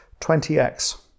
20X